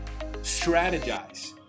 strategize